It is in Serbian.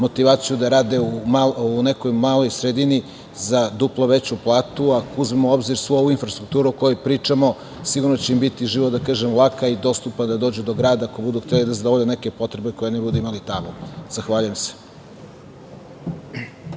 motivaciju da rade u nekoj maloj sredini za duplo veću platu. Ako uzmemo u obzir svu ovu infrastrukturu o kojoj pričamo, sigurno će im život biti lak i dostupno da dođu do grada ako budu želeli da zadovolje neke potrebe koje ne budu imali tamo. Zahvaljujem se.